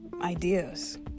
ideas